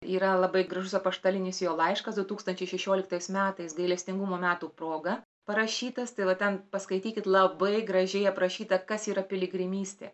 yra labai gražus apaštalinis jo laiškas du tūkstančiai šešioliktais metais gailestingumo metų proga parašytas tai va ten paskaitykit labai gražiai aprašyta kas yra piligrimystė